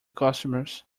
customers